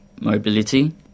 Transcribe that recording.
mobility